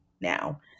now